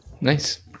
Nice